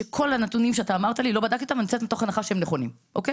שכל הנתונים שאמרת לי נכונים, לא בדקתי אותם.